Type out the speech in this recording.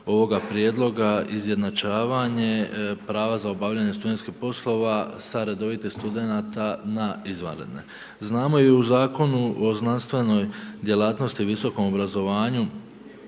prijedloga izjednačavanje prava za obavljanje studentskih poslova sa redovitih studenata na izvanredne. Znamo i u Zakonu o znanstvenoj djelatnosti i visokom obrazovanju